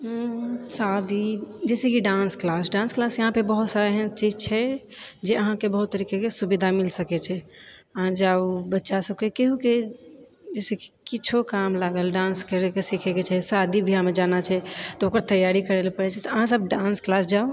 शादी जैसेकि dance class dance class यहाँ पर बहुत सारा एहन चीज छै जे अहाँके बहुत तरहके सुविधा मिल सकय छे अहाँ जाउ बच्चासबके केहुके जैसेकि किछौ काम लागल डान्स करैके सीखैके छै शादी ब्याहमे जाना छै तऽ ओकर तैयारी करय ले पड़य छै तऽ अहाँसब डान्स क्लास जाउ